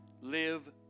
live